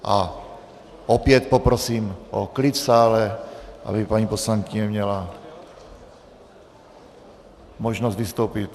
A opět poprosím o klid v sále, aby paní poslankyně měla možnost vystoupit.